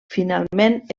finalment